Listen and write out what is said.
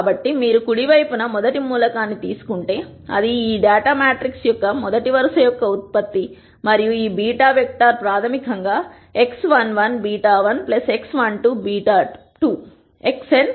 కాబట్టి మీరు కుడి వైపున మొదటి మూలకాన్ని తీసుకుంటే అది ఈ డేటా మ్యాట్రిక్స్ యొక్క మొదటి వరుస యొక్క ఉత్పత్తి మరియు ఈ β వెక్టర్ ప్రాథమికంగా x11 β1 x12 β2 మరియు βn 0